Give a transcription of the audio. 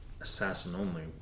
assassin-only